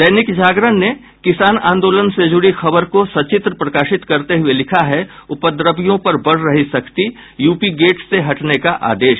दैनिक जागरण ने किसान आंदोलन से जुड़ी खबर को सचित्र प्रकाशित करते हुये लिखा है उपद्रवियों पर बढ़ रही सख्ती यूपी गेट से हटने का आदेश